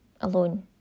alone